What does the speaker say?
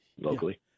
locally